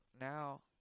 now